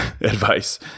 advice